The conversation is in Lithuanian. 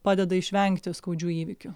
padeda išvengti skaudžių įvykių